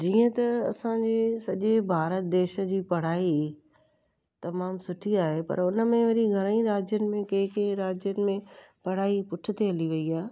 जीअं त असांजे सॼे भारत देश जी पढ़ाई तमामु सुठी आहे पर उन में अहिड़ी घणेई राज्यनि में कंहिं कंहिं राज्यनि में पढ़ाई पुठिते हली वई आहे